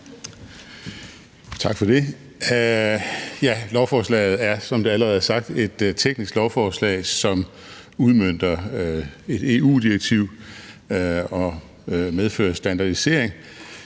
allerede er sagt, et teknisk lovforslag, som udmønter et EU-direktiv og medfører standardisering.